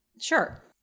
Sure